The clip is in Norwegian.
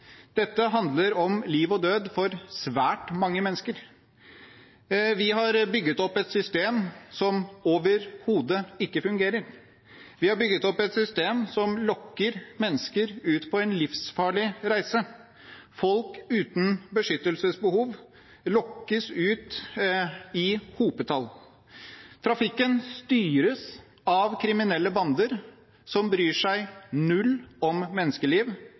dette handler om. Det handler om liv og død for svært mange mennesker. Vi har bygget opp et system som overhodet ikke fungerer, vi har bygget opp et system som lokker mennesker ut på en livsfarlig reise. Folk uten beskyttelsesbehov lokkes ut i hopetall. Trafikken styres av kriminelle bander som bryr seg null om menneskeliv,